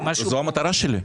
זאת המטרה שלי.